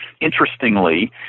interestingly